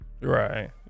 Right